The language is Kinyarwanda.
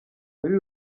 muri